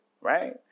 right